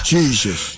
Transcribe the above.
Jesus